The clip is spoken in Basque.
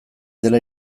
dela